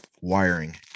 wiring